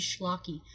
schlocky